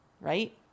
Right